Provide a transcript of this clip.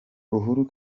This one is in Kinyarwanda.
uhuru